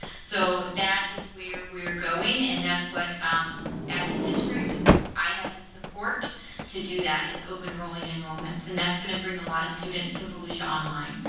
so that is where we're going. and that's what, as a district i have the support to do that is open rolling enrollments, and that's gonna bring a lot of students to volusia online.